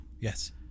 Yes